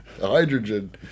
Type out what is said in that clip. hydrogen